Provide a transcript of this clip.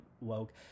woke